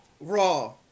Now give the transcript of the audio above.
Raw